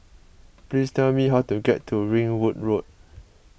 please tell me how to get to Ringwood Road